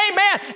Amen